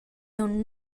aunc